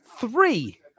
three